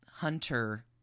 Hunter